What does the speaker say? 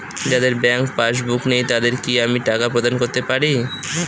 যাদের bank passbook নেই তাদের কি আমি টাকা প্রদান করতে পারি?